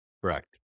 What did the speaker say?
Correct